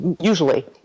usually